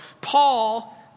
Paul